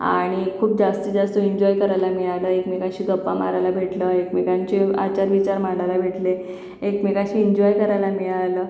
आणि खूप जास्त जास्त इंजॉय करायला मिळालं एकमेकाशी गप्पा मारायला भेटलं एकमेकांचे आचारविचार मांडायला भेटले एकमेकांशी इंजॉय करायला मिळालं